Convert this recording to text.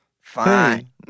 Fine